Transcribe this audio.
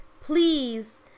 Please